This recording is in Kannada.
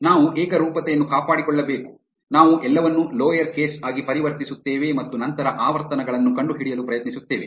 ನಾವು ಏಕರೂಪತೆಯನ್ನು ಕಾಪಾಡಿಕೊಳ್ಳಬೇಕು ನಾವು ಎಲ್ಲವನ್ನೂ ಲೋವರ್ ಕೇಸ್ ಆಗಿ ಪರಿವರ್ತಿಸುತ್ತೇವೆ ಮತ್ತು ನಂತರ ಆವರ್ತನಗಳನ್ನು ಕಂಡುಹಿಡಿಯಲು ಪ್ರಯತ್ನಿಸುತ್ತೇವೆ